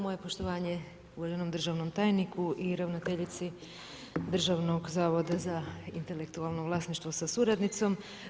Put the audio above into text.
Moje poštovanje uvaženom državnom tajniku i ravnateljici Državnog zavoda za intelektualno vlasništvo sa suradnicom.